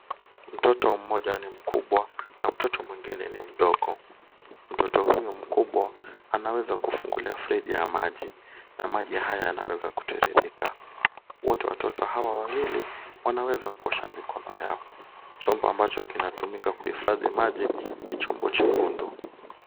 Mtoto mmoja ni mkubwa na mtoto mwingine ni mdogo, mtoto huyu mkubwa anaweza kufungulia mfereji ya maji na maji haya yanaweza kutiririka. Wote watoto hawa wawili wanaweza kuosha mikono yao. Chombo ambacho kinatumika kuhifadhi maji ni chombo chekundu.